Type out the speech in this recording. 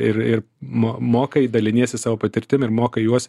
ir ir mo mokai daliniesi savo patirtim ir mokai juos